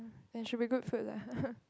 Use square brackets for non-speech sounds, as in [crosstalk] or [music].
then should be good food lah [laughs]